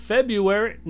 February